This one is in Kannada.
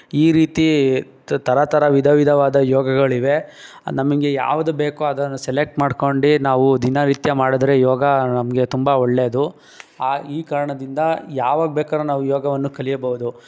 ಈ ರೀತಿ ಥರ ಥರ ವಿಧ ವಿಧವಾದ ಯೋಗಗಳಿವೆ ನಮಗೆ ಯಾವುದು ಬೇಕೋ ಅದನ್ನ ಸೆಲೆಕ್ಟ್ ಮಾಡ್ಕೊಂಡು ನಾವು ದಿನನಿತ್ಯ ಮಾಡಿದ್ರೆ ಯೋಗ ನಮಗೆ ತುಂಬ ಒಳ್ಳೆಯದು ಆ ಈ ಕಾರಣದಿಂದ ಯಾವಾಗ ಬೇಕಾದ್ರು ನಾವು ಯೋಗವನ್ನು ಕಲಿಯಬೌದು